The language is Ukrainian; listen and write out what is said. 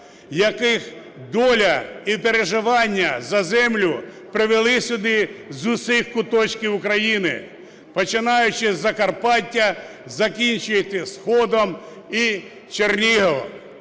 яких доля і переживання за землю привели сюди з усіх куточків України, починаючи з Закарпаття, закінчуючи сходом і Черніговом.